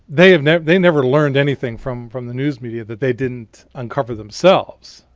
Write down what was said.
they um never they never learned anything from from the news media that they didn't uncover themselves.